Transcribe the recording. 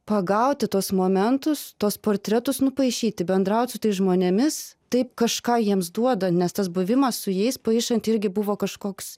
pagauti tuos momentus tuos portretus nupaišyti bendraut su tais žmonėmis taip kažką jiems duoda nes tas buvimas su jais paišant irgi buvo kažkoks